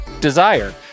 Desire